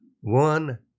one